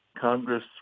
Congress